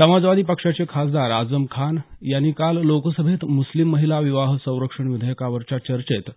समाजवादी पक्षाचे खासदार आझम खान यांनी काल लोकसभेत मुस्लिम महिला विवाह संरक्षण विधेयकावरच्या चर्चेत